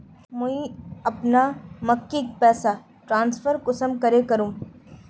मुई अपना मम्मीक पैसा ट्रांसफर कुंसम करे करूम?